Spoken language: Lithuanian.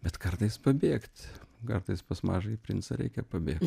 bet kartais pabėgt kartais pas mažąjį princą reikia pabėgt